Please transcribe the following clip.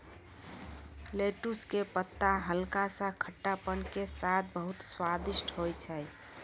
lettuce के पत्ता हल्का सा खट्टापन के साथॅ बहुत स्वादिष्ट होय छै